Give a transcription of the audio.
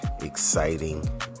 exciting